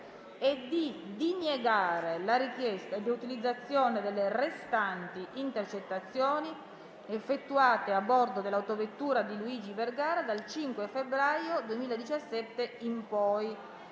di diniegare la richiesta di utilizzazione delle restanti intercettazioni effettuate a bordo dell'autovettura di Luigi Vergara dal 5 febbraio 2017 in poi.